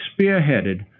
spearheaded